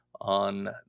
on